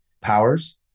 powers